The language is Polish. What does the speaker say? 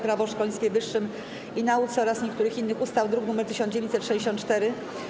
Prawo o szkolnictwie wyższym i nauce oraz niektórych innych ustaw, druk nr 1964.